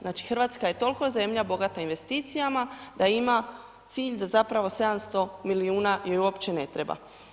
Znači, RH je tolko zemlja bogata investicijama da ima cilj da zapravo 700 milijuna joj uopće ne treba.